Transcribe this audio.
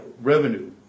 revenue